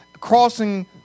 crossing